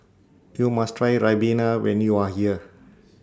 YOU must Try Ribena when YOU Are here